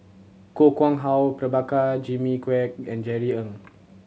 Koh Nguang How Prabhakara Jimmy Quek and Jerry Ng